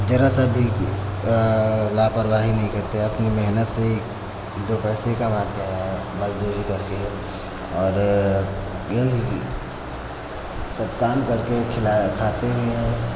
जरा सा भी ये लापरवाही नहीं करते अपनी मेहनत से ही दो पैसे कमाते हैं मज़दूरी करके और यही कि सब काम करके खिलाया खाते भी हैं